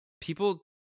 people